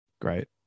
Great